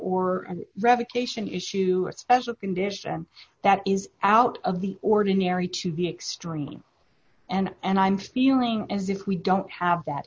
or revocation issue a special condition that is out of the ordinary to be extreme and and i'm feeling as if we don't have that